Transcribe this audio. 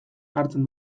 hartzen